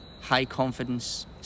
high-confidence